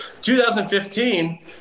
2015